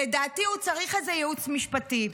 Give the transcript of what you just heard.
לדעתי הוא צריך איזה ייעוץ משפטי,